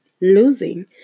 losing